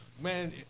man